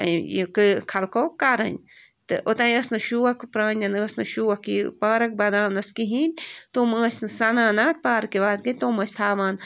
یہِ کہٕ خلکو کَرٕنۍ تہٕ اوٚتام ٲس نہٕ شوق پرٛانٮ۪ن ٲس نہٕ شوق کہِ پارک بناونس کِہیٖنۍ تِم ٲسۍ نہٕ سَنان اَتھ پارکہِ وارکہِ تِم ٲسۍ تھاوان